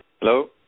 Hello